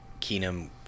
Keenum